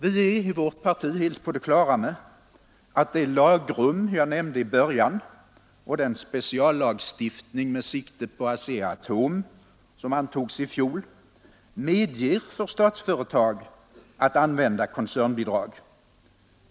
Vi är i vårt parti helt på det klara med att det lagrum jag nämnde i början och den speciallagstiftning med sikte på ASEA-Atom, som antogs i fjol, medger för Statsföretag att använda koncernbidrag.